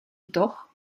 jedoch